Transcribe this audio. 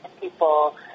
people